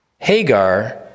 Hagar